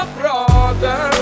brother